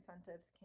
incentives